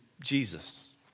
Jesus